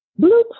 Bloop